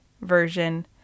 version